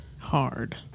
Hard